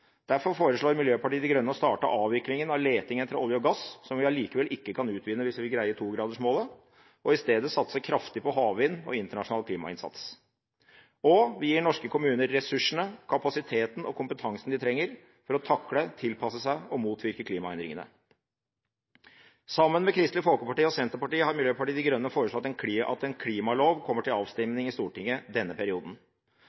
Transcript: Derfor foreslår Miljøpartiet De Grønne å starte avviklingen av leting etter olje og gass, som vi allikevel ikke kan utvinne hvis vi vil greie togradersmålet, og i stedet satse kraftig på havvind og internasjonal klimainnsats. Vi gir også norske kommuner ressursene, kapasiteten og kompetansen de trenger for å takle, tilpasse seg og motvirke klimaendringene. Sammen med Kristelig Folkeparti og Senterpartiet har Miljøpartiet De Grønne foreslått at en klimalov kommer til